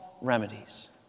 remedies